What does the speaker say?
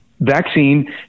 vaccine